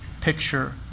picture